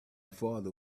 father